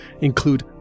include